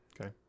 Okay